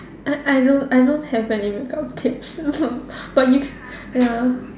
I I don't I don't have any makeup tips also but you ya